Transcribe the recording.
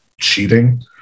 cheating